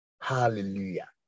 Hallelujah